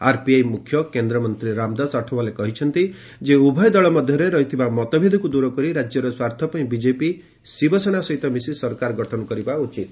RPI ମୁଖ୍ୟ କେନ୍ଦ୍ରମନ୍ତ୍ରୀ ରାମଦାସ ଅଠାୱାଲେ କହିଛନ୍ତି ଯେ ଉଭୟ ଦଳ ମଧ୍ୟରେ ରହିଥିବା ମତଭେଦକୁ ଦୂର କରି ରାଜ୍ୟର ସ୍ୱାର୍ଥ ପାଇଁ ବିଜେପି ଶିବସେନା ସହିତ ମିଶି ସରକାର ଗଠନ କରିବା ଉଚିତ୍